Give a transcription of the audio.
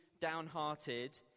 downhearted